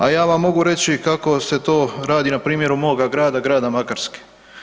A ja vam mogu reći kako se to radi na primjeru moga grada, grada Makarske.